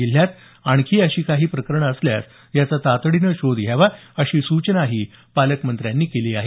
जिल्ह्यात आणखी अशी काही प्रकरणे असल्यास याचा तातडीने शोध घ्यावा अशी सूचनाही पालकमंत्र्यांनी केली आहे